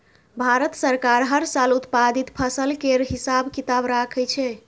भारत सरकार हर साल उत्पादित फसल केर हिसाब किताब राखै छै